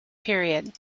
period